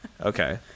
Okay